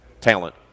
Talent